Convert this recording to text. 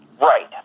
Right